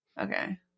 Okay